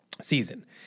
season